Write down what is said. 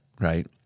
right